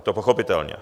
Je to pochopitelné.